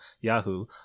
Yahoo